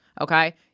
okay